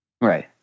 right